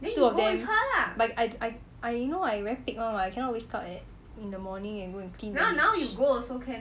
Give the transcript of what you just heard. two of them but I~ I~ I know very pig [one] [what] I cannot wake up at in the morning and go clean trash